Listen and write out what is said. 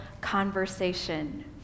conversation